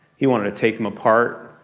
he wanted to take them apart.